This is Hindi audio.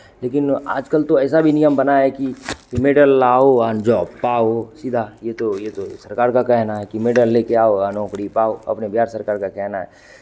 लेकिन आज कल तो ऐसा भी नियम बना है कि मैडल लाओ और जॉब पाओ सीधा ये तो ये तो सरकार का कहना है कि मैडल लेके आओ नौकरी पाओ अपने बिहार सरकार का कहना है